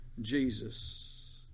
Jesus